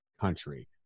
country